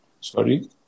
Sorry